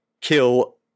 kill